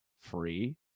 free